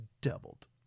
Doubled